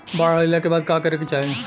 बाढ़ आइला के बाद का करे के चाही?